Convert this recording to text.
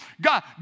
God